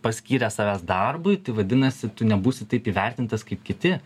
paskyręs savęs darbui tai vadinasi tu nebūsi taip įvertintas kaip kiti